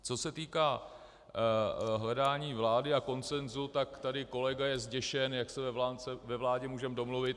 Co se týká hledání vlády a konsenzu, tak tady kolega je zděšen, jak se ve vládě můžeme domluvit.